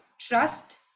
trust